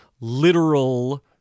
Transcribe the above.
literal